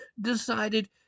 decided